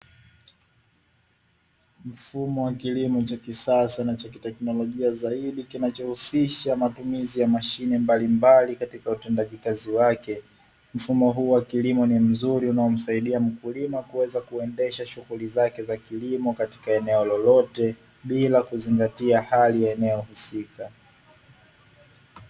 Mfumo wa kilimo cha kisasa na cha kiteknolojia zaidi kinacho husisha matumizi ya aina mbalimbali katika utendaji kazi wake, mfumo huu wa kilimo ni mzuri unaomsaidia mkulima kuweza kuendesha shughuli zake za kilimo katika eneo lolote bila kuzingatia hali ya eneo husika.